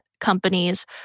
companies